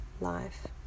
life